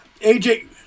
AJ